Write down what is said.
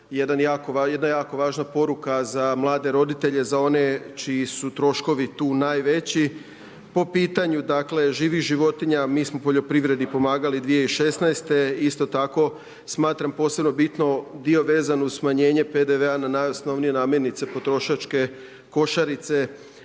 jedna jako važna poruka za mlade roditelje, za one čiji su troškovi tu najveći. Po pitanju dakle živih životinja, mi smo poljoprivredi pomagali 2016., isto tako smatramo posebno bitno dio vezan uz smanjenje PDV-a na najosnovnije namirnice, potrošačke košarice.